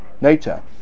nature